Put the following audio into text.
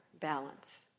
balance